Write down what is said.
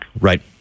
Right